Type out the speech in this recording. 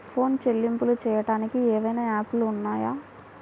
Phone చెల్లింపులు చెయ్యటానికి ఏవైనా యాప్లు ఉన్నాయా?